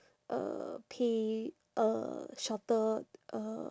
uh pay uh shorter uh